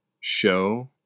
show